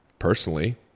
personally